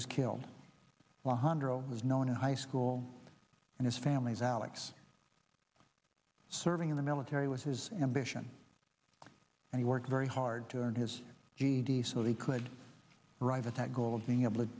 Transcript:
hundred was known in high school and his family's alex serving in the military was his ambition and he worked very hard to earn his ged so he could arrive at that goal of being able to